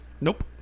Nope